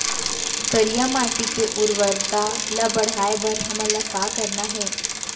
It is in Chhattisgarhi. करिया माटी के उर्वरता ला बढ़ाए बर हमन ला का करना हे?